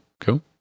cool